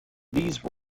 these